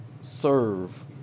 serve